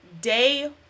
day